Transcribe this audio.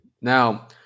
Now